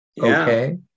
okay